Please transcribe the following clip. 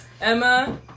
Emma